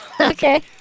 Okay